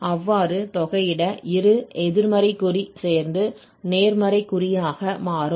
அவ்வாறு தொகையிட இரு எதிர்மறை குறி சேர்ந்து நேர்மறை குறியாக மாறும்